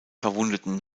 verwundeten